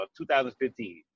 2015